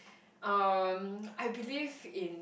um I believe in